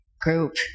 group